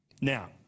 Now